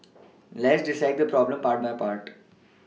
let's dissect this problem part by part